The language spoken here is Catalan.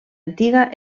antiga